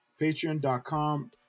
patreon.com